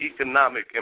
economic